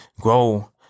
Grow